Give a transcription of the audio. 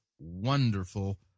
wonderful